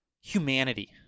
humanity